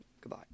Goodbye